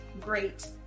great